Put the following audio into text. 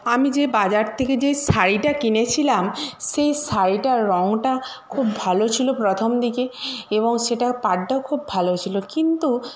আমি যে বাজার থেকে যে শাড়িটা কিনেছিলাম সেই শাড়িটার রঙটা খুব ভালো ছিল প্রথম দিকে এবং সেটার পাড়টাও খুব ভালো ছিল কিন্তু